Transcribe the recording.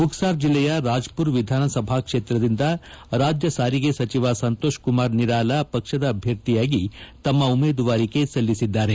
ಬುಕ್ಪಾರ್ ಜಿಲ್ಲೆಯ ರಾಜಪುರ್ ವಿಧಾನಸಭಾ ಕ್ಷೇತ್ರದಿಂದ ರಾಜ್ಯಸಾರಿಗೆ ಸಚಿವ ಸಂತೋಷ್ಕುಮಾರ್ ನಿರಾಲ ಪಕ್ಷದ ಅಭ್ಯರ್ಥಿಯಾಗಿ ತಮ್ಮ ಉಮೇದುವಾರಿಕೆ ಸಲ್ಲಿಸಿದ್ದಾರೆ